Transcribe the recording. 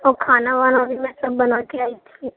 او کھانا وانا بھی میں سب بنا کے آئی تھی